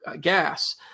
gas